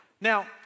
Now